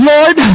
Lord